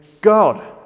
God